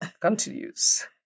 continues